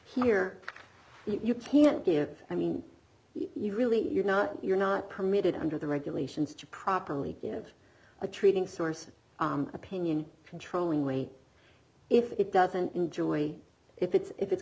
that you can't give i mean you really you're not you're not permitted under the regulations to properly give a treating source an opinion controlling weight if it doesn't enjoy if it's if it's